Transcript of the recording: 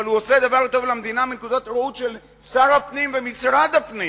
אבל הוא עושה דבר טוב למדינה מנקודת ראות של שר הפנים ומשרד הפנים.